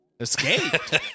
escaped